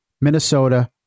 Minnesota